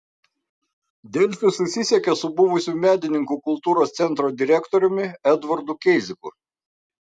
delfi susisiekė su buvusiu medininkų kultūros centro direktoriumi edvardu keiziku